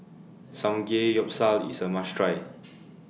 Samgeyopsal IS A must Try